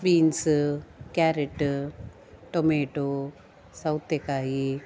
beans carrot tomato ಸೌತೆಕಾಯಿ